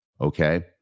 Okay